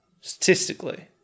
statistically